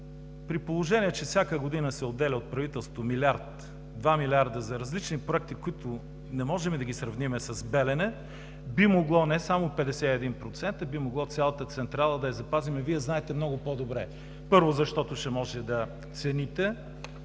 При положение че всяка година се отделя от правителството милиард, два милиарда за различни проекти, които не можем да ги сравним с Белене, би могло не само 51%, би могло цялата централа да я запазим. Вие знаете много по-добре. Първо, защото ще може да държим